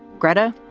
gretta.